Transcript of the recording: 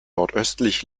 nordöstlich